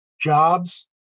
jobs